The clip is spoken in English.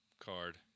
card